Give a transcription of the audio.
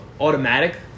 automatic